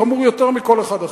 חמור יותר מכל אחד אחר.